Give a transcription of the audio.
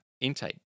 intake